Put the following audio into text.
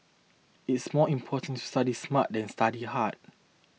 it is more important to study smart than study hard